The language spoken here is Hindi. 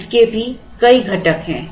इसके भी कई घटक हैं